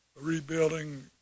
rebuilding